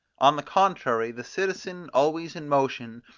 on the contrary, the citizen always in motion,